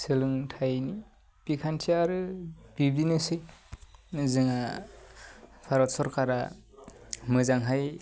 सोलोंथाइनि बिखान्थिया आरो बिदिनोसै नै जोंहा भारत सरकारा मोजांहाय